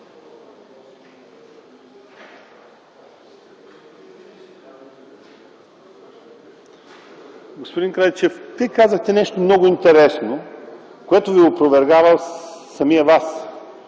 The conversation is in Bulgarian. Господин Крайчев, Вие казахте нещо много интересно, което опровергава самият Вас.